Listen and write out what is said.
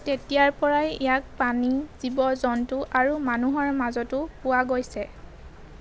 তেতিয়াৰ পৰাই ইয়াক পানী জীৱ জন্তু আৰু মানুহৰ মাজতো পোৱা গৈছে